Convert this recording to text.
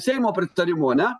seimo pritarimu ane